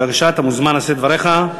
בבקשה, אתה מוזמן לשאת דבריך.